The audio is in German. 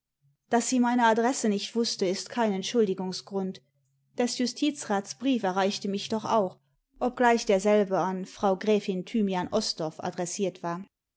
daß sie meine adresse nicht wußte ist kein entschuldigungsgrund des justizrats brief erreichte mich doch auch obgleich derselbe an frau gräfin thymian osdorff adressiert war